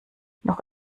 noch